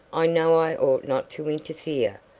i know i ought not to interfere,